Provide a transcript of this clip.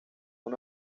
una